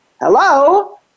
Hello